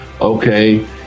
okay